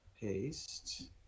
paste